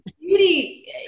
beauty